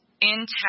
intact